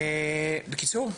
בקיצור,